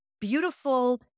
beautiful